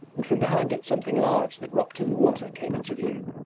and from behind it something large that rocked in the water came into view.